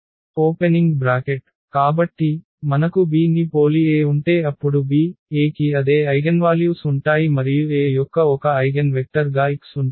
చూడండి స్లయిడ్ సమయం 2746 కాబట్టి మనకు B ని పోలి A ఉంటే అప్పుడు B A కి అదే ఐగెన్వాల్యూఐగెన్వాల్యూస్ ఉంటాయి మరియు A యొక్క ఒక ఐగెన్ వెక్టర్ గా x ఉంటుంది